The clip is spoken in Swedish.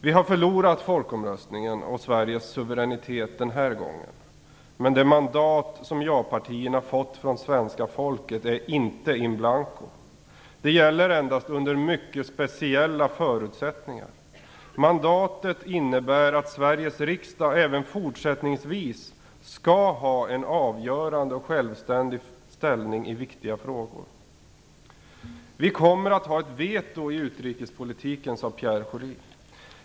Vi har förlorat folkomröstningen och Sveriges suveränitet, den här gången. Men det mandat som japartierna fått från svenska folket är inte in blanco. Det gäller endast under mycket speciella förutsättningar. Mandatet innebär att Sveriges riksdag även fortsättningsvis skall ha en avgörande och självständig ställning i viktiga frågor. Vi kommer att ha ett veto i utrikespolitiken, sade Pierre Schori.